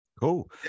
Cool